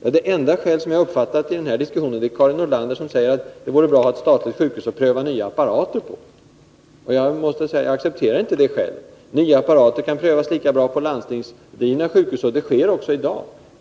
Det enda skäl som har anförts i den här diskussionen är det Karin Nordlander har framfört, att det vore bra att ha ett statligt sjukhus att pröva nya apparater på. Jag accepterar inte det skälet. Det